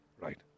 right